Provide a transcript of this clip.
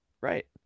right